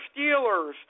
Steelers